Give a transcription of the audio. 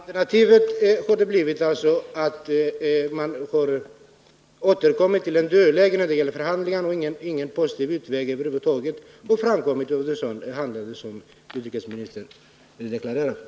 Herr talman! Men alternativet kunde ha varit att det åter blivit ett dödläge i förhandlingarna och att inga positiva resultat över huvud taget hade nåtts under sådan handläggning som utrikesministern här redogjort för.